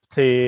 Thì